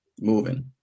moving